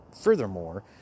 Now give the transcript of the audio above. Furthermore